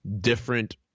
different